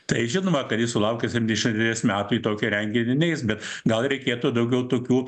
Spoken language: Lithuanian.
tai žinoma kad jis sulaukęs septyniasdešimties metų į tokį renginį neis bet gal reikėtų daugiau tokių